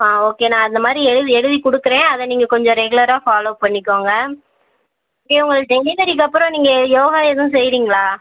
ஆ okay நான் அந்த மாதிரி எழுதி எழுதி கொடுக்குறேன் அதை நீங்கள் கொஞ்சம் ரெகுலராக ஃபாலோ பண்ணிக்கோங்க இதே உங்களுக்கு டெலிவரிக்கு அப்புறம் நீங்கள் யோகா எதுவும் செய்கிறிங்களா